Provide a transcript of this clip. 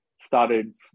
started